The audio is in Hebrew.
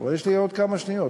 אבל יש לי עוד כמה שניות.